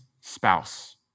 spouse